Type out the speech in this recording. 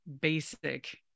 basic